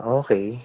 okay